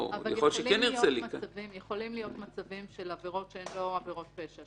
אבל יכולים להיות מצבים של עבירות שהן לא עבירות פשע,